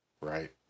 Right